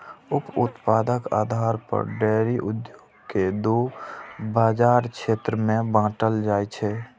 उप उत्पादक आधार पर डेयरी उद्योग कें दू बाजार क्षेत्र मे बांटल जाइ छै